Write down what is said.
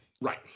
Right